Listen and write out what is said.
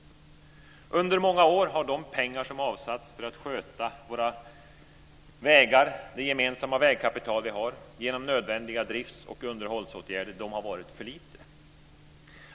Under många år har det varit för lite pengar som har avsatts för att sköta våra vägar med nödvändiga drifts och underhållsåtgärder - det gemensamma vägkapital vi har.